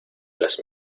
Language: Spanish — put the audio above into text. las